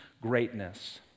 greatness